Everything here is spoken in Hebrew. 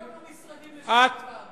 אנחנו הקמנו משרדים לשום דבר,